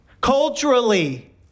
Culturally